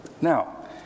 Now